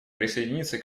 присоединиться